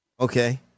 Okay